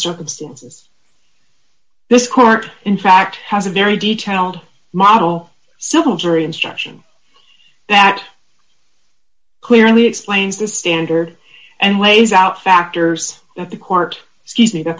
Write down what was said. circumstances this court in fact has a very detailed model soon jury instruction that clearly explains the standard and lays out factors that the court sees that